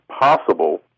possible